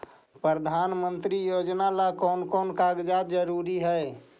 प्रधानमंत्री योजना ला कोन कोन कागजात जरूरी है?